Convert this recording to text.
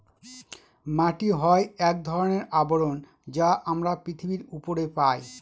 মাটি হয় এক ধরনের আবরণ যা আমরা পৃথিবীর উপরে পায়